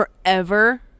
forever